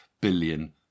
billion